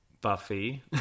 Buffy